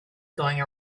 going